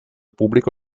pubblico